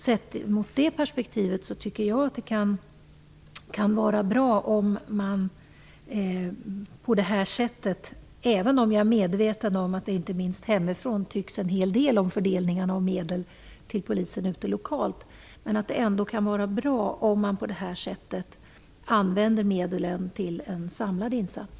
I det perspektivet tycker jag att det kan vara bra om man på detta sätt - jag är dock medveten om att det inte minst hemifrån uttrycks en hel del åsikter om fördelningen av medel till polisen lokalt - använde medlen till en samlad insats.